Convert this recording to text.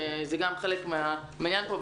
שזה גם חלק מהעניין פה,